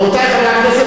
רבותי חברי הכנסת,